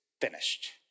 finished